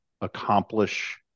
accomplish